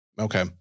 Okay